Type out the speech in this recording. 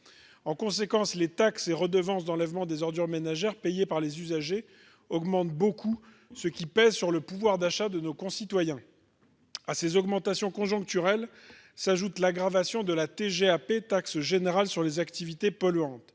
En conséquence, les taxes et redevances d'enlèvement des ordures ménagères payées par les usagers augmentent fortement, ce qui pèse sur le pouvoir d'achat de nos concitoyens. À ces augmentations conjoncturelles s'ajoute l'aggravation de la taxe générale sur les activités polluantes